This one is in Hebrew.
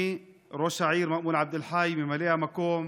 אני, ראש העיר מאמון עבד אלחי וממלא המקום